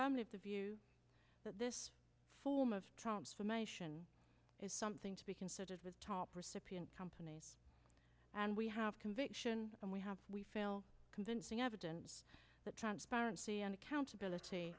from the view that this form of transformation is something to be considered the top recipient company and we have conviction and we have we feel convincing evidence that transparency and accountability